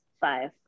five